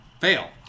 fail